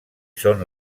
són